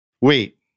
Wait